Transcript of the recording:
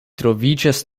troviĝas